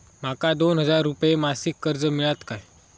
माका दोन हजार रुपये मासिक कर्ज मिळात काय?